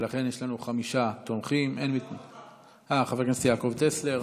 ולכן יש לנו חמישה תומכים, וחבר הכנסת יעקב טסלר.